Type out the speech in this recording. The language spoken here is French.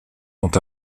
sont